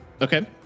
okay